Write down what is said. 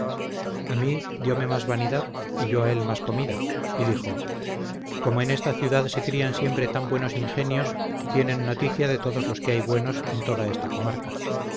a mí diome más vanidad y yo a él más comida y dijo como en esta ciudad se crían siempre tan buenos ingenios tienen noticia de todos los que hay buenos en toda esta comarca